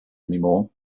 anymore